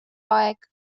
aeg